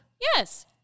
Yes